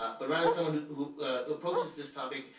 ah but rather someone who approaches this topic,